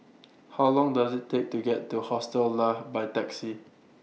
How Long Does IT Take to get to Hostel Lah By Taxi